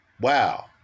Wow